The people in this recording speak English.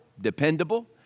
dependable